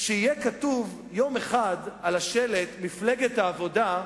כשיהיה כתוב יום אחד על השלט מפלגת העבודה,